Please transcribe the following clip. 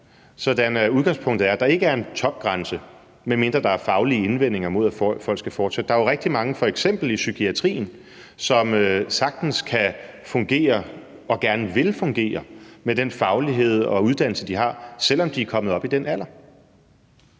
sådan at udgangspunktet er, at der ikke er en topgrænse, medmindre der er faglige indvendinger mod, at folk skal fortsætte? Der er rigtig mange, f.eks. i psykiatrien, som sagtens kan fungere og gerne vil fungere med den faglighed og uddannelse, de har, selv om de er kommet op i den alder.